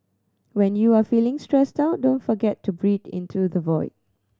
when you are feeling stressed out don't forget to breathe into the void